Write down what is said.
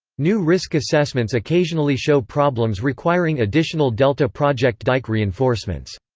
new risk assessments occasionally show problems requiring additional delta project dike reinforcements.